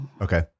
Okay